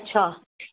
अच्छा